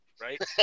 right